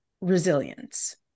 resilience